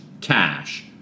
cash